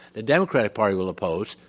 the democratic party will oppose,